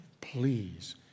please